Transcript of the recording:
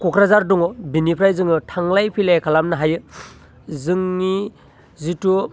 क'क्राझार दङ बेनिफ्राय जोङो थांलाय फैलाय खालामनो हायो जोंनि जितु